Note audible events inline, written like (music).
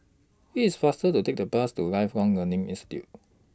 IT IS faster to Take The Bus to Lifelong Learning (unintelligible)